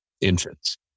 infants